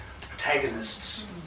protagonists